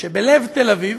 שבלב תל אביב,